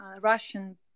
Russian